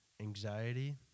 anxiety